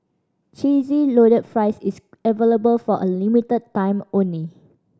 Cheesy Loaded Fries is available for a limited time only